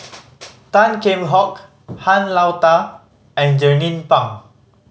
Tan Kheam Hock Han Lao Da and Jernnine Pang